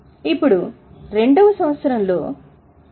ఇప్పుడు రెండవ సంవత్సరంలో రూ